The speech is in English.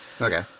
Okay